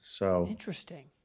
Interesting